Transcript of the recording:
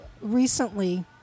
recently